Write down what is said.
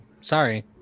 Sorry